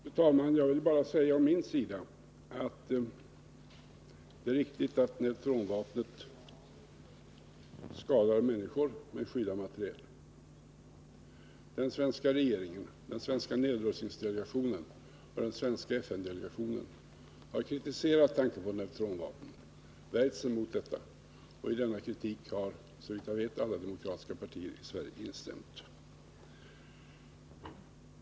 Fru talman! Jag vill å min sida bara säga att det är riktigt att neutronvapnet skadar människor men inte drabbar materiel. Den svenska regeringen, den svenska nedrustningsdelegationen och den svenska FN-delegationen har kritiserat tanken på neutronvapen och värjt sig mot att sådana införs. I denna kritik har såvitt jag vet alla demokratiska partier i Sverige instämt.